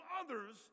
others